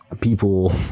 people